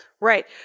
Right